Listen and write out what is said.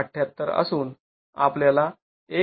७८ असून आपल्याला १